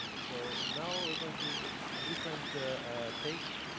so now we are going to a different take.